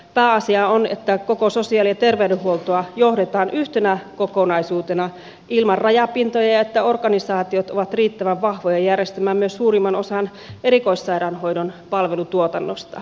pääasia on että koko sosiaali ja terveydenhuoltoa johdetaan yhtenä kokonaisuutena ilman rajapintoja ja että organisaatiot ovat riittävän vahvoja järjestämään myös suurimman osan erikoissairaanhoidon palvelutuotannosta